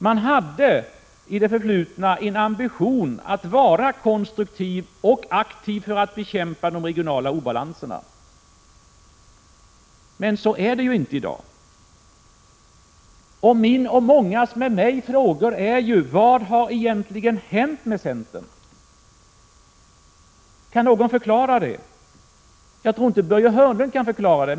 Man hade i det förflutna en ambition att vara konstruktiv och aktiv för att bekämpa de regionala obalanserna. Men så är det ju inte i dag. Min och många andras fråga är alltså: Vad har egentligen hänt med centern? Jag tror inte att Börje Hörnlund kan förklara det.